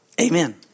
Amen